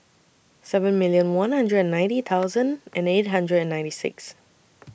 seven million one hundred and ninety thousand and eight hundred and ninety six